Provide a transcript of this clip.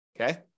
okay